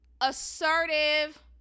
assertive